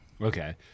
Okay